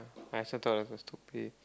I also thought I also stupid